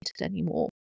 anymore